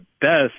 best